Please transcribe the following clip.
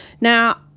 now